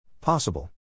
Possible